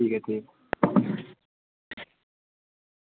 ठीक ऐ कोई